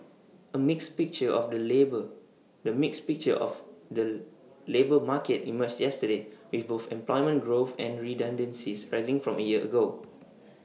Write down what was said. A mixed picture of the labour the mixed picture of the labour market emerged yesterday with both employment growth and redundancies rising from A year ago